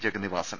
Jagannivasan